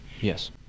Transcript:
Yes